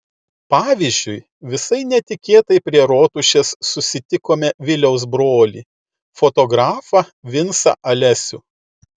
pavyzdžiui visai netikėtai prie rotušės susitikome viliaus brolį fotografą vincą alesių